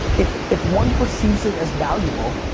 if if one perceives it as valuable,